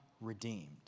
redeemed